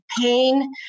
pain